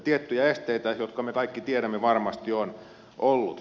tiettyjä esteitä jotka me kaikki tiedämme varmasti on ollut